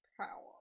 power